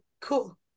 cool